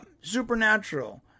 Supernatural